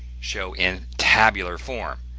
show in tabular form,